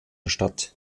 statt